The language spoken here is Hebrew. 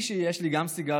יש לך סיגרים, יש לי גם סיגרים.